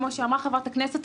כמו שאמרה חברת הכנסת,